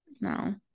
No